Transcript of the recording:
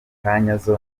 ntazo